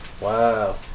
Wow